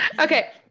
Okay